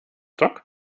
dock